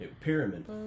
Pyramid